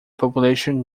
population